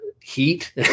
heat